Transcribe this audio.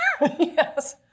Yes